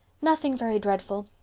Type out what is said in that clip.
nothing very dreadful.